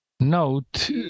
note